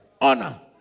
honor